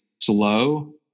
Slow